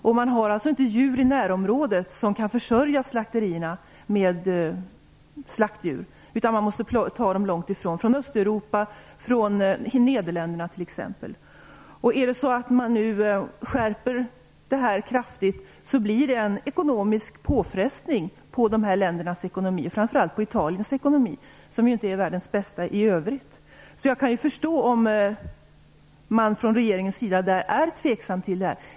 Det finns inte djur i närområdet som kan försörja slakterierna med slaktdjur. Man måste ta dem långt bortifrån, från Östeuropa och Nederländerna t.ex. Om man nu skärper reglerna kraftigt innebär det en ekonomisk påfrestning på dessa länders ekonomi. Italiens ekonomi är ju inte världens bästa. Jag kan förstå om regeringen där är tveksam till detta.